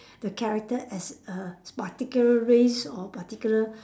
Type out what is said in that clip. the character as a particular race or particular